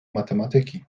matematyki